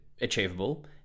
achievable